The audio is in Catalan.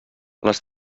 les